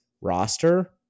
roster